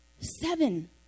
seven